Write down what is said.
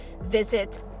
Visit